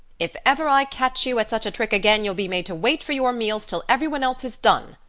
if ever i catch you at such a trick again you'll be made to wait for your meals till everyone else is done,